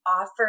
offer